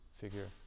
figure